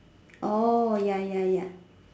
oh ya ya ya